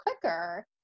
quicker